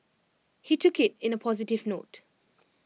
he took IT in A positive note